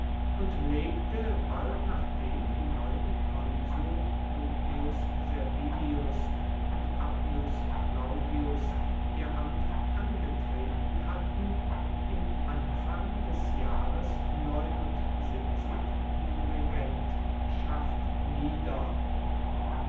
und legte bald nachdem die neuen konsuln publius servilius und appius claudius ihr amt angetreten hatten im anfang des jahres die regentschaft nieder